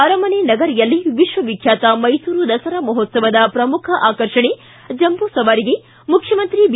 ಅರಮನೆ ನಗರಿಯಲ್ಲಿ ವಿಶ್ವವಿಖ್ಯಾತ ಮೈಸೂರು ದಸರಾ ಮಹೋತ್ಲವದ ಪ್ರಮುಖ ಆಕರ್ಷಣೆ ಜಂಬೂ ಸವಾರಿಗೆ ಮುಖ್ಯಮಂತ್ರಿ ಬಿ